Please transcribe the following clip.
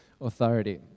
authority